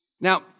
Now